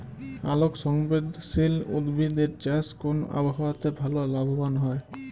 আলোক সংবেদশীল উদ্ভিদ এর চাষ কোন আবহাওয়াতে ভাল লাভবান হয়?